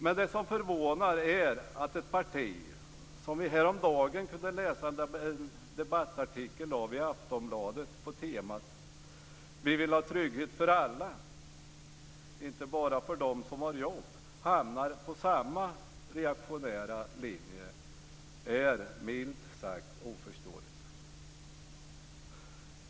Men det som förvånar är att ett parti som vi häromdagen kunde läsa en debattartikel av i Aftonbladet på temat "Vi vill ha trygghet för alla - inte bara för dom som har jobb" hamnar på samma reaktionära linje är milt sagt oförståeligt.